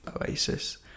Oasis